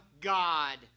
God